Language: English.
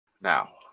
Now